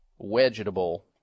vegetable